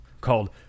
called